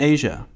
Asia